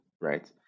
right